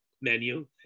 menu